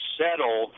settle